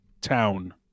town